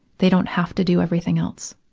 they don't have to do everything else.